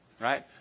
Right